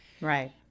Right